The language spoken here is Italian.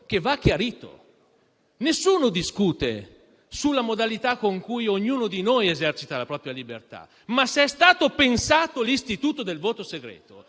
che va chiarito. Nessuno discute sulla modalità con cui ognuno di noi esercita la propria libertà. Ma se è stato pensato l'istituto del voto segreto